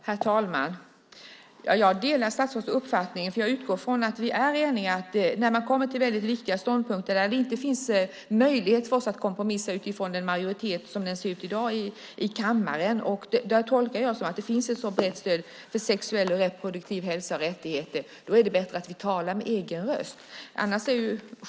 Herr talman! Jag delar statsrådets uppfattning eftersom jag utgår från att vi är eniga. När man kommer fram till väldigt viktiga ståndpunkter finns det inte möjligheter för oss att kompromissa utifrån hur majoriteten ser ut i dag i kammaren. Men jag tolkar jag att det finns ett brett stöd för sexuell och reproduktiv hälsa och rättigheter. Då är det bättre att vi talar med egen röst.